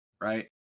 right